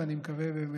ואני מקווה באמת